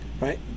right